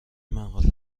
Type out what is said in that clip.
مقاله